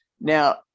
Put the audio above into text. Now